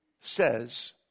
says